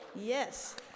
Yes